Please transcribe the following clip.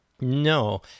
No